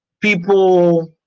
people